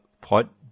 pot